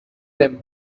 them